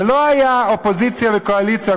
זה לא היה אופוזיציה וקואליציה,